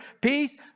peace